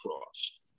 cross